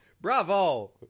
Bravo